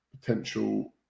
potential